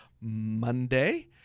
Monday